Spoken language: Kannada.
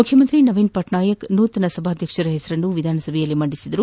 ಮುಖ್ಯಮಂತ್ರಿ ನವೀನ್ ಪಟ್ನಾಯಕ್ ನೂತನ ಸಭಾಧ್ಯಕ್ಷರ ಹೆಸರನ್ನು ವಿಧಾನಸಭೆಯಲ್ಲಿ ಮಂಡಿಸಿದರು